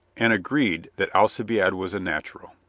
and agreed that alcibiade was a natural.